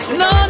no